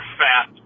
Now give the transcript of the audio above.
fat